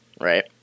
right